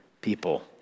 people